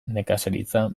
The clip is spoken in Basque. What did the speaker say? nekazaritza